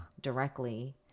directly